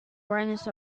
brightness